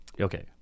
okay